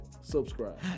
subscribe